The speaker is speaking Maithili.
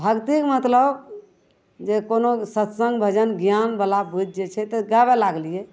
भगतीके मतलब जे कोनो सत्सङ्ग भजन ज्ञानवला बुधि जे छै तऽ गाबै लागलिए